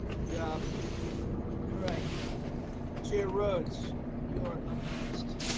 job all right chair roads you're up next.